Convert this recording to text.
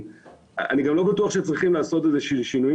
אני גם לא בטוח שצריכים לעשות שינויים